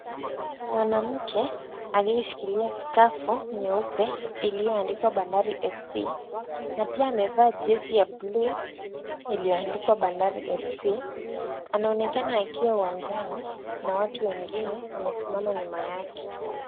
Mwanamke aliye shikilia skafu nyeupe iliyoandikwa Bandari FC na pia amevaa jezi ya bluu iliyoandikwa Bandari FC. Anaonekana akiwa uwanjani na watu wengine wamesimama nyuma yake.